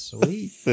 Sweet